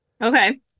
okay